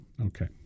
Okay